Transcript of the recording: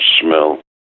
smell